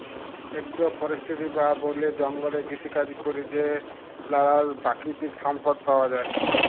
agro forestry বা বলে জঙ্গলে কৃষিকাজে ক্যরে যে লালাল পাকিতিক সম্পদ পাউয়া যায়